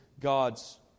God's